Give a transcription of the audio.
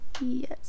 Yes